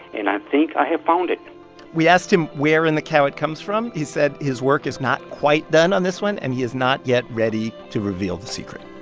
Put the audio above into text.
and i think i have found it we asked him where in the cow it comes from. he said his work is not quite done on this one, and he is not yet ready to reveal the secret